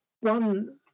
One